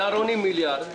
צהרונים זה מיליארד שקל,